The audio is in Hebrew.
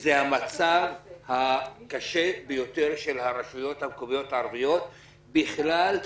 שזה המצב הקשה ביותר של הרשויות המקומיות הערביות בכלל,